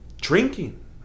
Drinking